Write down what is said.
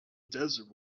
desert